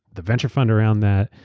the venture fund around that,